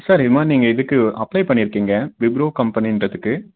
sir இது மாதிரி நீங்கள் இதுக்கு அப்ளே பண்ணிருக்கீங்க விப்ரோ கம்பெனின்றத்துக்கு